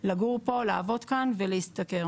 לגור פה, לעבוד כאן ולהשתכר.